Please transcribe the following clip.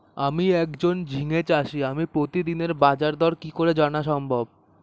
আমি একজন ঝিঙে চাষী আমি প্রতিদিনের বাজারদর কি করে জানা সম্ভব?